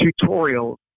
tutorial